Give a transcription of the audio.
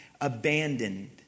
abandoned